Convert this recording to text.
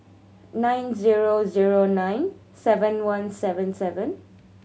nine zero zero nine seven one seven seven